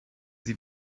sie